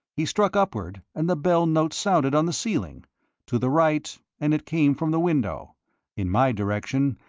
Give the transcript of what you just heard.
he struck upward, and the bell-note sounded on the ceiling to the right, and it came from the window in my direction,